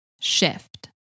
shift